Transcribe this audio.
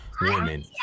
women